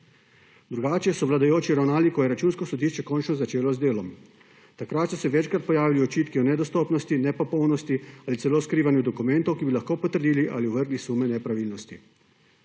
Drugače so vladajoči ravnali, ko je Računsko sodišče končno začelo z delom. Takrat so se večkrat pojavili očitki o nedostopnosti in nepopolnosti ali celo skrivanju dokumentov, ki bi lahko potrdili ali ovrgli sume nepravilnosti.